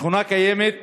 השכונה קיימת